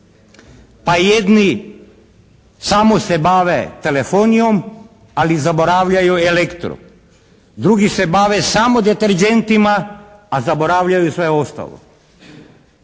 Pa jedni samo se bave telefonijom, ali zaboravljaju elektru. Drugi se bave samo deterdžentima a zaboravljaju sve ostalo.